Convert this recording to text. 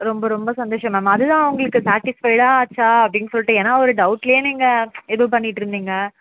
ரொம்ப ரொம்ப சந்தோஷம் மேம் அதுதான் உங்களுக்கு சாட்டிஸ்ஃபைடாக ஆச்சா அப்படின்னு சொல்லிட்டு ஏன்னால் ஒரு டவுட்லேயே நீங்கள் ஏதோ பண்ணிகிட்டு இருந்தீங்க